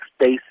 space